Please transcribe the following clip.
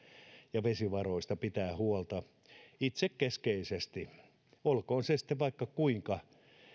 ja vesivaroistamme pitää huolta itsekeskeisesti olkoon se sitten vaikka kuinka